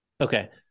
Okay